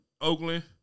Oakland